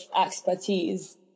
expertise